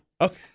Okay